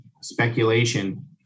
speculation